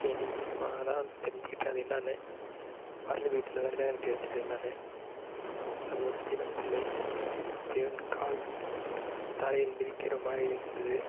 painting மூலமாக தான் தெரிஞ்சுக்கிட்டேன் அது என்னனு வரைஞ்சதுக்குப் பின்னாடிதான் தெரிஞ்சுது என்னனு அது ஒரு சிவன் சிலை அந்த சிவன் கால் தரையில் மிதிக்கிற மாதிரி இருந்தது